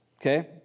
okay